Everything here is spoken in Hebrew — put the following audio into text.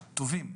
טובים,